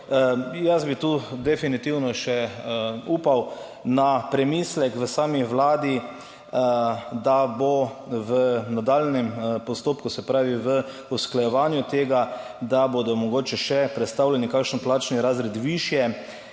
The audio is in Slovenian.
Jaz bi tu definitivno še upal na premislek v sami Vladi, da bo v nadaljnjem postopku, se pravi v usklajevanju tega, da bodo mogoče še predstavljeni kakšen plačni razred višje